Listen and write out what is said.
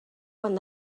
quan